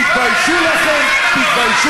תתביישו לכם.